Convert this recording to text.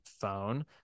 phone